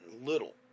little